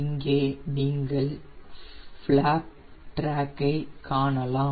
இங்கே நீங்கள் flap track ஐ காணலாம்